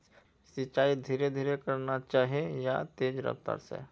सिंचाई धीरे धीरे करना चही या तेज रफ्तार से?